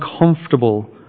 uncomfortable